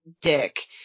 dick